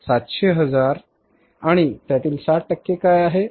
700 हजार आणि त्यातील 60 टक्के काय आहे